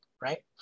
right